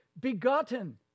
Begotten